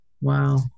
Wow